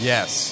Yes